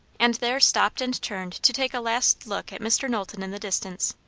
and there stopped and turned to take a last look at mr. knowlton in the distance.